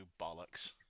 bollocks